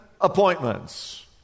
appointments